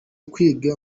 kwiga